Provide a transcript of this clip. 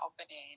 opening